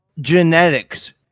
genetics